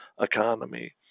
economy